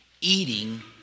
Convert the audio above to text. eating